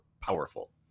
powerful